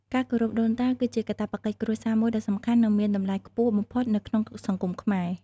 ការគោរពដូនតា គឺជាកាតព្វកិច្ចគ្រួសារមួយដ៏សំខាន់ និងមានតម្លៃខ្ពស់បំផុតនៅក្នុងសង្គមខ្មែរ។